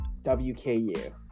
WKU